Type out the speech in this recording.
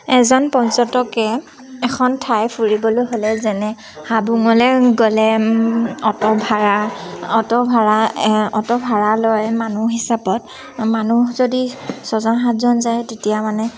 এজন পৰ্যটকে এখন ঠাই ফুৰিবলৈ হ'লে যেনে হাবুঙলৈ গ'লে অ'টো ভাড়া অ'টো ভাড়া অ'টো ভাড়া লয় মানুহ হিচাপত মানুহ যদি ছজন সাতজন যায় তেতিয়া মানে